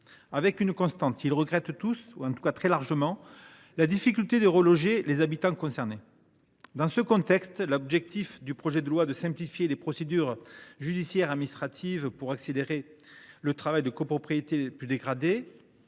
Avec une constante, ils regrettent tous, ou en tout cas très largement, la difficulté de reloger les habitants concernés. Dans ce contexte, l’objet du projet de loi, à savoir simplifier les procédures judiciaires et administratives pour accélérer le travail de copropriétés les plus dégradées,